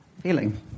feeling